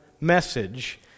message